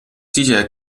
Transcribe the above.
sicher